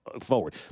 forward